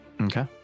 Okay